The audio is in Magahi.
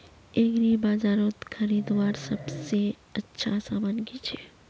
एग्रीबाजारोत खरीदवार सबसे अच्छा सामान की छे?